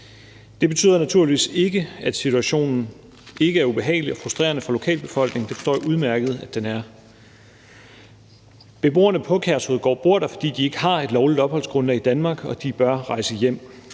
Det betyder naturligvis ikke, at situationen ikke er ubehagelig og frustrerende for lokalbefolkningen; det forstår jeg udmærket den er. Beboerne på Kærshovedgård bor der, fordi de ikke har et lovligt opholdsgrundlag i Danmark, og de bør rejse hjem.